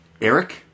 Eric